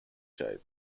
shape